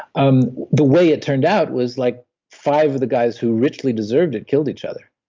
um the way it turned out was like five of the guys who richly deserved it killed each other,